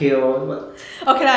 okay lor but